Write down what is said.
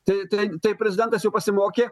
tai tai tai prezidentas jau pasimokė